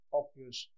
obvious